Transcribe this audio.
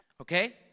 Okay